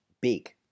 big